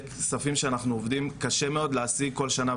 כספים שאנחנו עובדים קשה מאוד להשיג כל שנה,